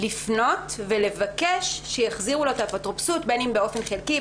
כולן או חלקן,